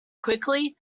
quickly